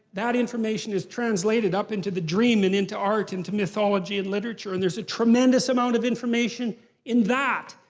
that information is translated up into the dream and into art and to mythology and literature. and there's a tremendous amount of information in that.